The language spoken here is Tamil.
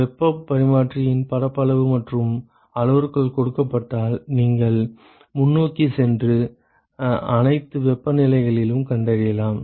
வெப்பப் பரிமாற்றியின் பரப்பளவு மற்றும் அளவுருக்கள் கொடுக்கப்பட்டால் நீங்கள் முன்னோக்கிச் சென்று அனைத்து வெப்பநிலைகளையும் கண்டறியலாம்